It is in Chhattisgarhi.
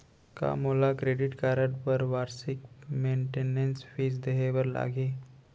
का मोला क्रेडिट कारड बर वार्षिक मेंटेनेंस फीस देहे बर लागही?